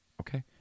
Okay